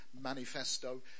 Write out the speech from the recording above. manifesto